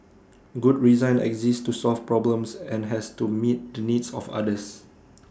good resign exists to solve problems and has to meet the needs of others